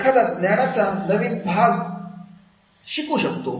एखादा ज्ञानाचा नवीन भाग शिकू शकतो